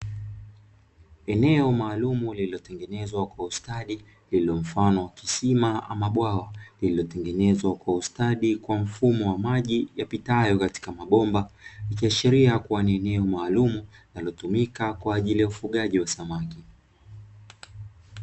Eneo maalumu lililotengenezwa kwa ustadi lililo mfano wa kisima ama bwawa, lililotengenezwa kwa ustadi kwa mfumo wa maji yapitayo katika mabomba, ikiashiria kuwa ni eneo maalumu linalotumika kwa ajili ya ufugaji wa samaki.